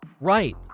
Right